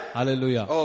Hallelujah